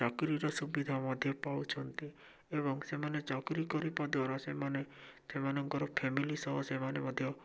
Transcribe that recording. ଚାକିରୀର ସୁବିଧା ମଧ୍ୟ ପାଉଛନ୍ତି ଏବଂ ସେମାନେ ଚାକିରୀ କରିବା ଦ୍ୱାରା ସେମାନେ ସେମାନଙ୍କର ଫ୍ୟାମିଲି ସହ ସେମାନେ ମଧ୍ୟ